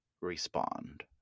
respond